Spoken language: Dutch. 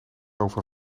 over